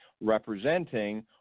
representing